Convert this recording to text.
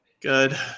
good